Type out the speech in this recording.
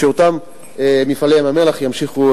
שאותם "מפעלי ים-המלח" ימשיכו,